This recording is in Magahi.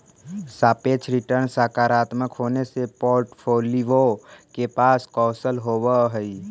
सापेक्ष रिटर्न सकारात्मक होने से पोर्ट्फोलीओ के पास कौशल होवअ हई